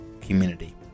community